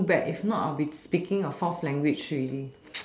too bad if not I'll be speaking a fourth language already